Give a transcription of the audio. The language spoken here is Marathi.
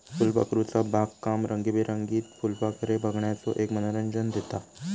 फुलपाखरूचा बागकाम रंगीबेरंगीत फुलपाखरे बघण्याचो एक मनोरंजन देता